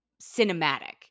cinematic